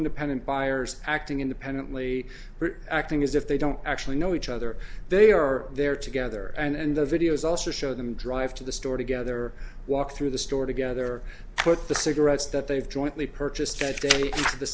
independent buyers acting independently acting as if they don't actually know each other they are there together and the videos also show them drive to the store together walk through the store together put the cigarettes that they've jointly purchased th